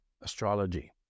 astrology